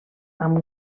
amb